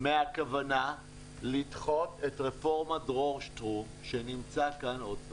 מהכוונה לדחות את רפורמת דרור שטרום שנמצא כאן עוד פעם,